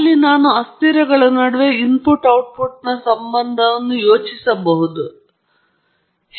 ಅಲ್ಲಿ ನಾನು ಈ ಅಸ್ಥಿರಗಳ ನಡುವೆ ಇನ್ಪುಟ್ ಔಟ್ಪುಟ್ ಸಂಬಂಧವನ್ನು ಯೋಚಿಸಬಹುದು ಮತ್ತು ಹಿಮ್ಮುಖದ ಮಾದರಿಗಳನ್ನು ಮಾಡಬಹುದಾಗಿದೆ